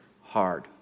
hard